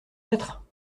être